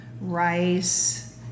rice